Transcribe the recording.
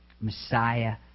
Messiah